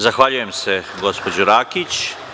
Zahvaljujem se gospođi Rakić.